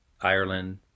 Ireland